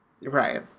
Right